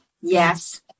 Yes